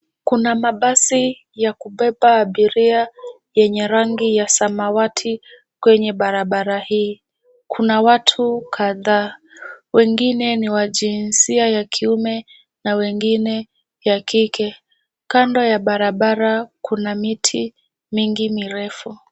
Kuna mabasi ya kubeba abiria yenye rangi ya samawati kwenye barabara hii. Kuna watu kadhaa, wengine ni wa jinsia ya kiume na wengine ya kike. Kando ya barabara kuna miti mingi mirefu.